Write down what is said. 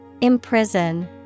Imprison